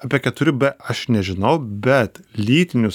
apie keturi b aš nežinau bet lytinių